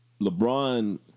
LeBron